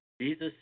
Jesus